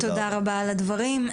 תודה רבה על הדברים.